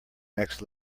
next